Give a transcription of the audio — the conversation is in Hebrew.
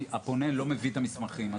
הפונה לא מביא את המסמכים?